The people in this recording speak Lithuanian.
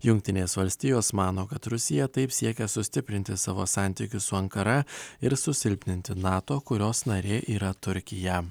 jungtinės valstijos mano kad rusija taip siekia sustiprinti savo santykius su ankara ir susilpninti nato kurios nariai yra turkija